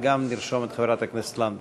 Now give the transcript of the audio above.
וגם נרשום את חברת הכנסת לנדבר.